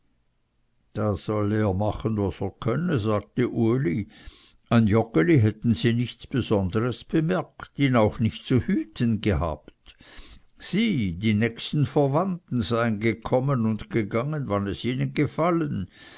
da solle er machen was er könne sagte uli an joggeli hätten sie nichts besonderes bemerkt ihn auch nicht zu hüten gehabt sie die nächsten verwandten seien gekommen und gegangen wann es ihnen gefallen